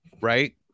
right